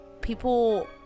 people